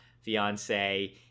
fiance